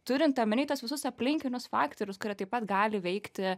turint omeny tuos visus aplinkinius faktorius kurie taip pat gali veikti